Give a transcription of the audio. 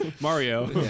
Mario